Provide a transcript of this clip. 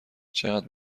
چقدر